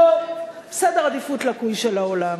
סדר עדיפות לקוי של העולם.